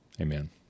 Amen